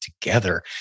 together